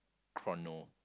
chrono